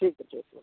ଠିକ୍ ଅଛି ରଖ